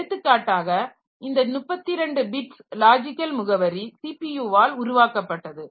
எடுத்துக்காட்டாக இந்த 32 bits logical முகவரி சிபியுவால் உருவாக்கப்பட்டது